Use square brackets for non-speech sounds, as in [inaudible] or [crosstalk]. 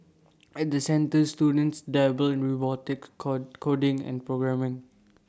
[noise] at the centres students dabble in robotics call coding and programming